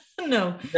no